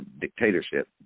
dictatorship